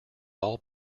all